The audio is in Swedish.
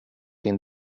din